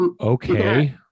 okay